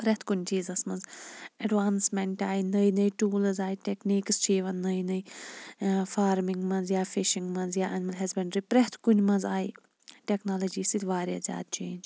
پرٛٮ۪تھ کُنہِ چیٖزَس مَنٛز ایٚڈوانسمیٚنٹ آیہِ نٔے نٔے ٹوٗلٕز آے ٹیٚکنِکِس چھِ یِوان نٔے نٔے فارمِنٛگ مَنٛز یا فِشِنٛگ مَنٛز یا ایٚنمل ہَسبَنٛڈری پرٛٮ۪تھ کُنہِ مَنٛز آیہِ ٹیٚکنالجی سۭتۍ واریاہ زیادٕ چینٛج